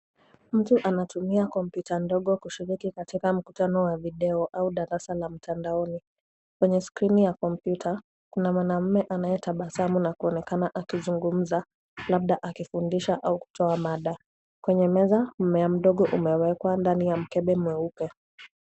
Mtu anatumia kompyuta ndogo kushiriki katika mkutano wa video au darasa la mtandaoni. Kwenye skrini ya kompyuta kuna mwanaume anayetabasamu na kuonekana akizungumza labda akifundisha au kutoa mada. Kwenye meza mmea mdogo umewekwa ndani ya mkebe mweupe.